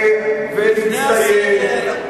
להצטייד?